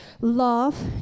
Love